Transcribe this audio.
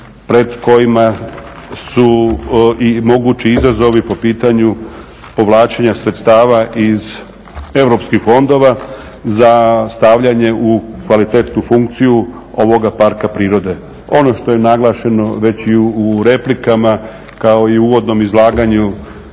pred kojima su i mogući izazovi po pitanju povlačenja sredstava iz Europskih fondova za stavljanje u kvalitetnu funkciju ovoga parka prirode. Ono što je naglašeno veći u replikama kao i u uvodnom izlaganju